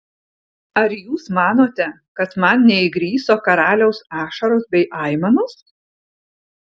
ar jūs manote kad man neįgriso karaliaus ašaros bei aimanos